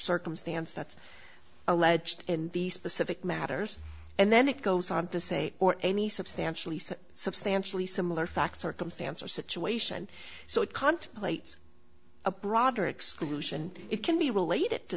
circumstance that's alleged in these specific matters and then it goes on to say or any substantially substantially similar fact circumstance or situation so it contemplates a broader exclusion it can be related to